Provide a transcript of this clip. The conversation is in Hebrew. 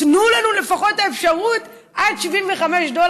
תנו לנו לפחות את האפשרות לקנות עד 75 דולר.